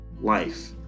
life